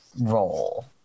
role